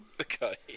okay